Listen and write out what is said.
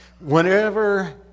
Whenever